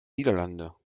niederlande